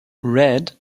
red